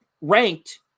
ranked